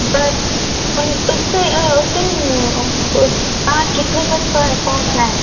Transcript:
but उस दिन कितने वक्त पर वक्त पहुंचना है